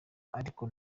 ariko